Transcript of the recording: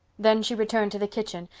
then she returned to the kitchen,